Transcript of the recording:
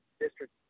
district